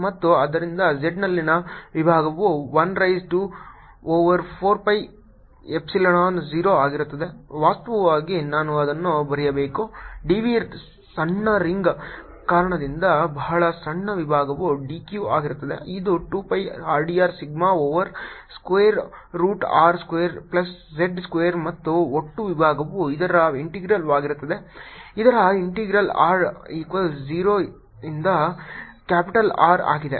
ಮತ್ತು ಆದ್ದರಿಂದ z ನಲ್ಲಿನ ವಿಭವವು 1ರೈಸ್ ಟು ಓವರ್ 4 pi ಎಪ್ಸಿಲಾನ್ 0 ಆಗಿರುತ್ತದೆ ವಾಸ್ತವವಾಗಿ ನಾನು ಅದನ್ನು ಬರೆಯಬೇಕು dv ಸಣ್ಣ ರಿಂಗ್ ಕಾರಣದಿಂದ ಬಹಳ ಸಣ್ಣ ವಿಭವವು dq ಆಗಿರುತ್ತದೆ ಇದು 2 pi rdr sigma over square root r square plus z square ಮತ್ತು ಒಟ್ಟು ವಿಭವವು ಇದರ ಇಂಟೆಗ್ರಲ್ವಾಗಿರುತ್ತದೆ ಇದರ ಇಂಟೆಗ್ರಲ್ r ಈಕ್ವಲ್ಸ್ 0 ಇಂದ ಕ್ಯಾಪಿಟಲ್ R ಆಗಿದೆ